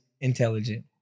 intelligent